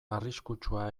arriskutsua